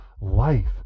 life